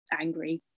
angry